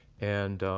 and